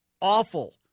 awful